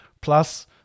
Plus